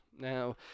now